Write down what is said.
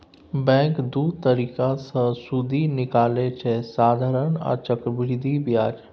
bank दु तरीका सँ सुदि निकालय छै साधारण आ चक्रबृद्धि ब्याज